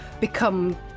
become